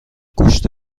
گوشت